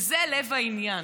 וזה לב העניין.